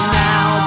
now